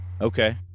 okay